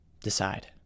decide